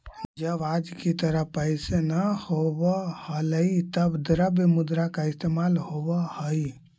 जब आज की तरह पैसे न होवअ हलइ तब द्रव्य मुद्रा का इस्तेमाल होवअ हई